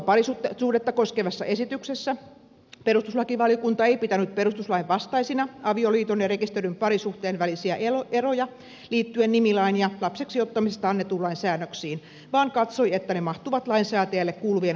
virallistettua parisuhdetta koskevassa esityksessä perustuslakivaliokunta ei pitänyt perustuslain vastaisina avioliiton ja rekisteröidyn parisuhteen välisiä eroja liittyen nimilain ja lapseksi ottamisesta annetun lain säännöksiin vaan katsoi että ne mahtuvat lainsäätäjille kuuluvien harkintarajojen sisälle